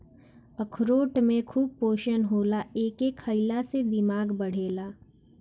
अखरोट में खूब पोषण होला एके खईला से दिमाग बढ़ेला